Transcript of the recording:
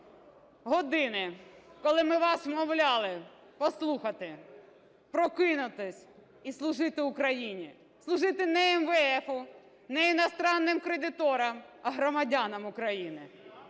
Години, коли ми вас вмовляли послухати, прокинутися і служити Україні. Служити не МВФ, не іноземним кредиторам, а громадянам України.